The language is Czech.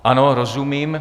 Ano, rozumím.